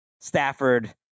Stafford